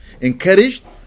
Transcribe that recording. Encouraged